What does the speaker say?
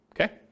okay